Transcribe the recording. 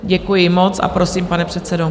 Děkuji moc a prosím, pane předsedo.